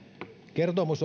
kertomus